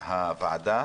הוועדה.